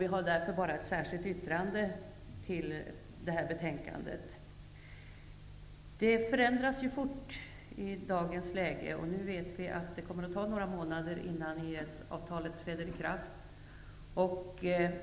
Vi har därför bara ett särskilt yttrande till det här betänkandet. Förändringarna sker ju snabbt i dagens läge, och nu vet vi att det kommer att ta några månader innan EES-avtalet träder i kraft.